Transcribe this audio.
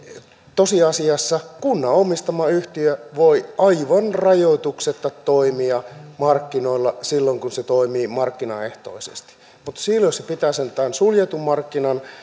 tosiasiassa kunnan omistama yhtiö voi aivan rajoituksetta toimia markkinoilla silloin kun se toimii markkinaehtoisesti mutta silloin jos se pitää tämän suljetun markkinan